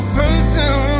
person